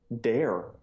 dare